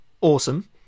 awesome